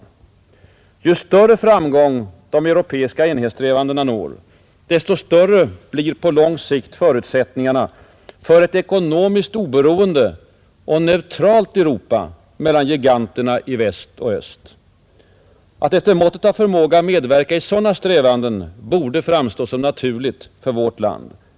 Ju större framgång de europeiska enhetssträvandena når, desto större blir på lång sikt förutsättningarna för ett ekonomiskt oberoende och neutralt Europa mellan giganterna i väst och öst. Att efter måttet av förmåga medverka i sådana strävanden borde framstå som naturligt för vårt land.